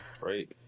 right